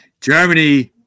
Germany